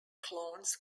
clones